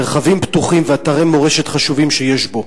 בשל המרחבים הפתוחים ואתרי מורשת חשובים שיש בו.